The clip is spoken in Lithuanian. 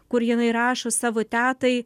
kur jinai rašo savo tetai